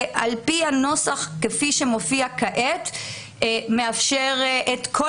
הנוסח כפי שמופיע כעת מאפשר את כל